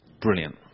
brilliant